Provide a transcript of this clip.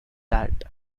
that